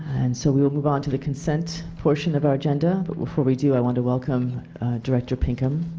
end so we will move on to the consent portion of our agenda, but before we do i want to welcome director pinkham.